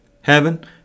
heaven